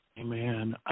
Amen